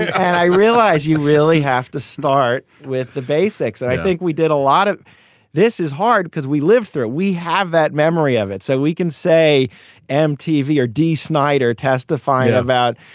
and i realize you really have to start with the basics. and i think we did a lot of this is hard because we lived through we have that memory of it so we can say mtv or d snyder testify about.